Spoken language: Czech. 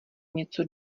něco